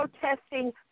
protesting